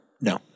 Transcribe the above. No